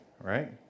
right